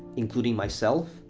including myself.